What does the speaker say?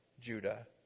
Judah